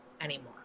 anymore